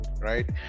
right